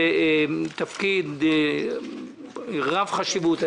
תפקיד רב חשיבות.